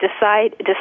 decide